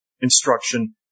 instruction